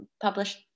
published